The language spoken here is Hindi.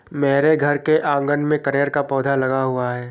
मेरे घर के आँगन में कनेर का पौधा लगा हुआ है